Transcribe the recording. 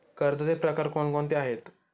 कर्जाचे प्रकार कोणकोणते आहेत?